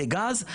לגז.